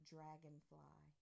Dragonfly